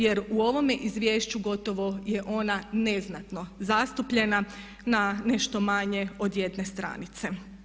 Jer u ovome izvješću gotovo je ona neznatno zastupljena na nešto manje od jedne stranice.